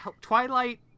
Twilight